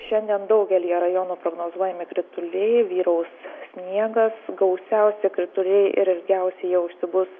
šiandien daugelyje rajonų prognozuojami krituliai vyraus sniegas gausiausi krituliai ir ilgiausiai jie užsibus